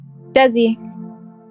Desi